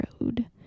road